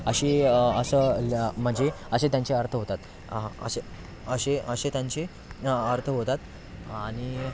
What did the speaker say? अशी असं म्हणजे असे त्यांचे अर्थ होतात असे असे असे त्यांचे अर्थ होतात आणि